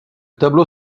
tableau